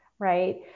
right